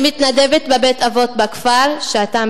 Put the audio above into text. אני מתנדבת בבית-אבות בכפר שעתיים